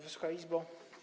Wysoka Izbo!